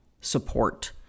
support